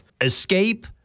escape